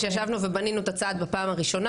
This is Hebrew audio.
כשישבנו ובנינו את הצעד בפעם הראשונה